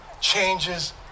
changes